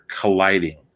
colliding